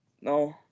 No